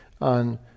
on